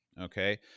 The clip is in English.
okay